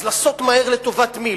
אז לעשות מהר לטובת מי,